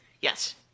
Yes